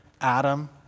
Adam